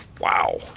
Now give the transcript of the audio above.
Wow